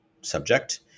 subject